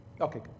Okay